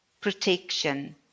protection